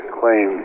claim